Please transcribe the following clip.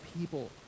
people